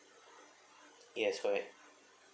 yes correct